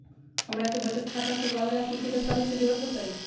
हमरा के बचत खाता खोलबाबे ला की की दस्तावेज के जरूरत होतई?